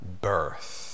birth